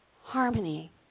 Harmony